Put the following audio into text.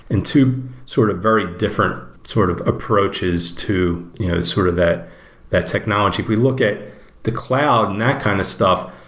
and two sort of very different sort of approaches to sort of that that technology, if we look at the cloud and that kind of stuff,